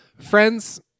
Friends